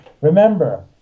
remember